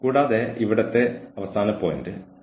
മേൽനോട്ടം തികച്ചും അനിവാര്യമാണ്